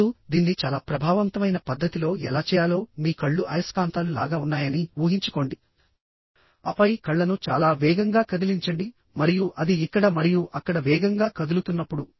ఇప్పుడుదీన్ని చాలా ప్రభావవంతమైన పద్ధతిలో ఎలా చేయాలో మీ కళ్ళు అయస్కాంతాలు లాగా ఉన్నాయని ఊహించుకోండి ఆపై కళ్ళను చాలా వేగంగా కదిలించండి మరియు అది ఇక్కడ మరియు అక్కడ వేగంగా కదులుతున్నప్పుడు